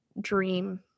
dream